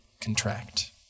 contract